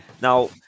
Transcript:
Now